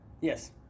Yes